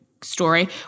story